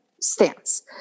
stance